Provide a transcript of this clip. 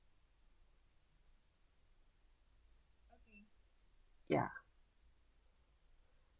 ya